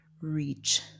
reach